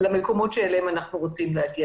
למקומות שרוצים להגיע.